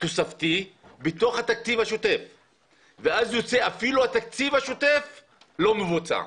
בנוסף ואז יוצא שאפילו התקציב השוטף לא מבוצע.